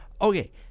okay